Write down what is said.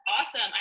awesome